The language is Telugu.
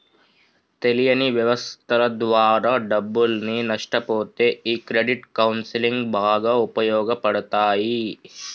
తెలియని వ్యవస్థల ద్వారా డబ్బుల్ని నష్టపొతే ఈ క్రెడిట్ కౌన్సిలింగ్ బాగా ఉపయోగపడతాయి